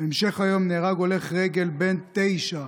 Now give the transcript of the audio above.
בהמשך היום נהרג הולך רגל בן תשע,